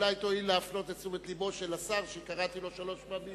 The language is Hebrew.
אולי תואיל להפנות את תשומת לבו של השר לכך שקראתי לו שלוש פעמים,